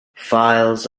files